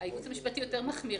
בייעוץ המשפטי אנחנו יותר מחמירים,